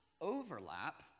overlap